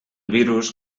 virus